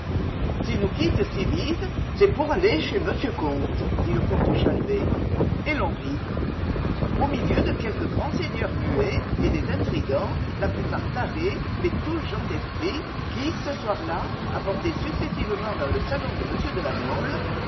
s'il nous quitte si vite c'est pour aller chez m comte dit le comte chalvet et l'on rit au milieu de quelques grands seigneurs muets et des intrigants la plupart tarés mais tous gens d'esprit qui ce soir-là abordaient successivement dans le salon de m de la mole